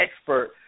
expert